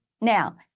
Now